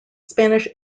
spanish